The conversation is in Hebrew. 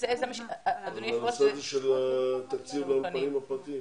על הנושא של התקציב לאולפנים הפרטיים?